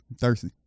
Thirsty